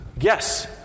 Yes